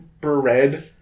bread